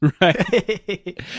right